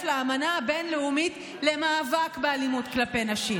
לאמנה הבין-לאומית למאבק באלימות כלפי נשים.